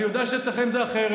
--- אני יודע שאצלכם זה אחרת.